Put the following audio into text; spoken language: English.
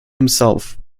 himself